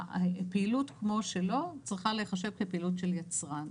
הפעילות כמו שלו צריכה להיחשב כפעילות של יצרן.